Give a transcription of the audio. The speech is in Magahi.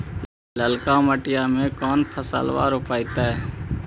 ललका मटीया मे कोन फलबा रोपयतय?